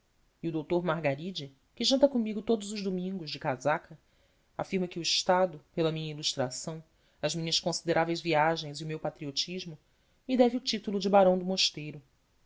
e o doutor margaride que janta comigo todos os domingos de casaca afirma que o estado pela minha ilustração as minhas consideráveis viagens e o meu patriotismo me deve o título de barão do mosteiro